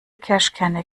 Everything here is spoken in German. kirschkerne